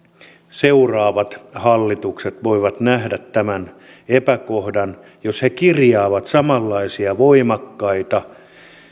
seuraavat hallitukset voivat nähdä tämän epäkohdan jos he kirjaavat samanlaisia voimakkaita